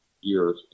years